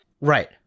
Right